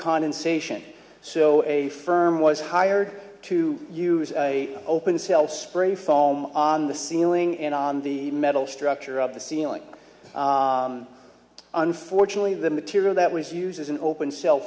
condensation so a firm was hired to use open cell spray foam on the ceiling and on the metal structure of the ceiling unfortunately the material that was used as an open cell